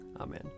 Amen